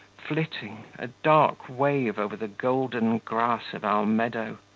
flitting, a dark wave over the golden grass of our meadow.